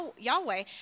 Yahweh